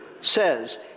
says